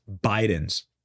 Biden's